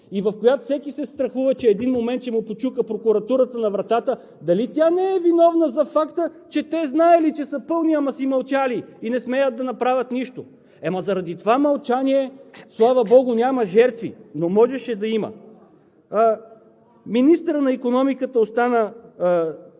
в която никой не знае кой на кого да търси отговорност и в която всеки се страхува, че в един момент Прокуратурата ще почука на вратата му – дали тя не е виновна за факта, че те знаели, че са пълни, ама си мълчали и не смеят да направят нищо? Заради това мълчание, слава богу, няма жертви, но можеше да има.